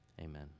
amen